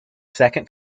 second